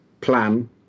plan